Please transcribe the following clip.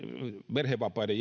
perhevapailla